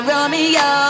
Romeo